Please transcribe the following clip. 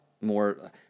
more